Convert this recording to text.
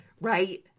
Right